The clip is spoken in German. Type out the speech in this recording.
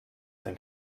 den